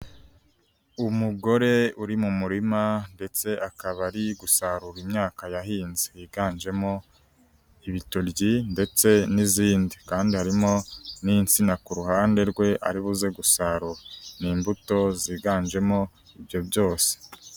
Umugore uri mu murima ndetse akaba ari gusarura imyaka yahinze yiganjemo ibitoryi, ndetse n'izindi, kandi harimo n'insina, ku ruhande rwe aribuzeze gusarura, ni imbuto ziganjemo ibyo byose.